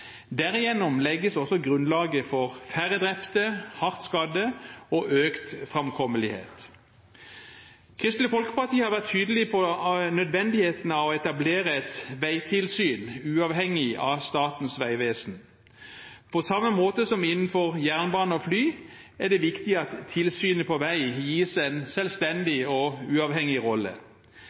Derigjennom legges også grunnlaget for færre drepte og hardt skadde og økt framkommelighet. Kristelig Folkeparti har vært tydelig på nødvendigheten av å etablere et veitilsyn uavhengig av Statens vegvesen. På samme måte som for jernbane og fly, er det viktig at tilsynet på vei gis en selvstendig og uavhengig rolle.